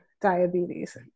diabetes